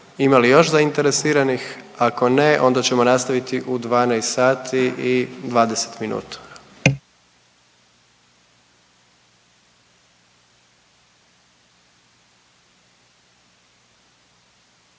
Ima li još zainteresiranih, ako ne onda ćemo nastaviti u 12 sati i 20 minuta.